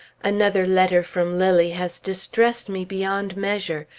another letter from lilly has distressed me beyond measure.